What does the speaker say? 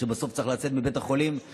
שבסוף צריך לצאת מבית החולים,